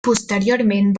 posteriorment